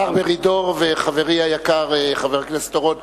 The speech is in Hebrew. השר מרידור וחברי היקר חבר הכנסת אורון,